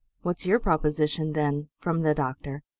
what's your proposition, then? from the doctor.